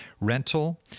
rental